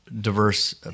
diverse